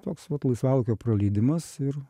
toks vat laisvalaikio praleidimas ir